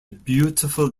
beautiful